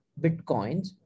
bitcoins